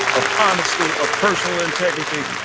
of honesty, of personal integrity.